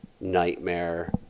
nightmare